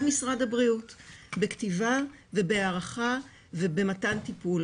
משרד הבריאות בכתיבה ובהערכה ובמתן טיפול.